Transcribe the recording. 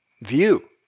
view